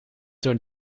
door